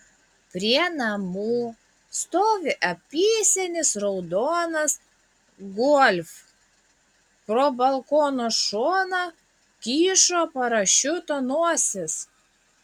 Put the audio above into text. prie namų stovi apysenis raudonas golf pro balkono šoną kyšo parašiuto nosis